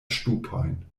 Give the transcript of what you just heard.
ŝtupojn